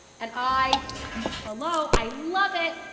and i hello! i love it!